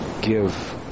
give